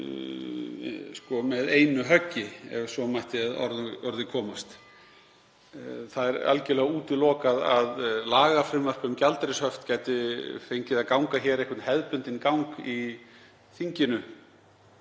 með einu höggi, ef svo mætti að orði komast. Það er algerlega útilokað að lagafrumvarp um gjaldeyrishöft gæti fengið að ganga hér hefðbundinn gang í þinginu,